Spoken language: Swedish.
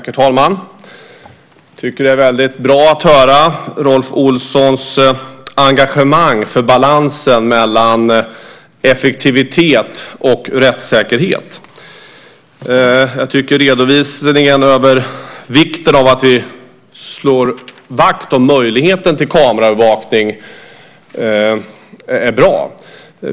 Herr talman! Jag tycker att det är väldigt bra att höra Rolf Olssons engagemang för balansen mellan effektivitet och rättssäkerhet. Jag tycker redovisningen över vikten av att vi slår vakt om möjligheten till kameraövervakning är bra.